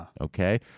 okay